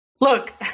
Look